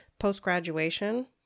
post-graduation